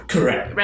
Correct